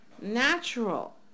natural